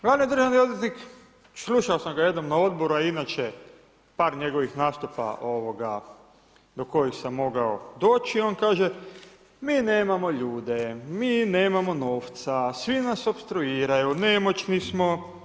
Glavni državni odvjetnik, slušao sam ga jednom na odboru a inače par njegovih nastupa do kojih sam mogao doći on kaže mi nemamo ljude, mi nemamo novca, svi nas opstruiraju, nemoćni smo.